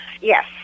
yes